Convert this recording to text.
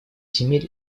земель